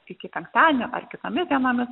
iki penktadienio ar kitomis dienomis